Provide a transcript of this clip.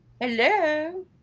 Hello